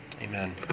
Amen